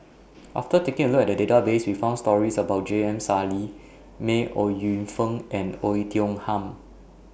after taking A Look At The Database We found stories about J M Sali May Ooi Yu Fen and Oei Tiong Ham